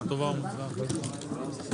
הישיבה ננעלה בשעה